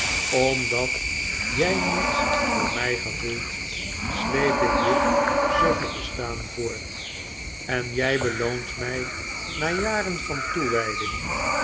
omdat jij niets voor mij gevoelt sleep ik dit suffe bestaan voort en jij beloont mij na jaren van toewijding